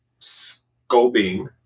scoping